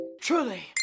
Truly